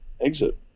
exit